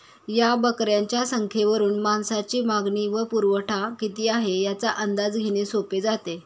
या बकऱ्यांच्या संख्येवरून मांसाची मागणी व पुरवठा किती आहे, याचा अंदाज घेणे सोपे जाते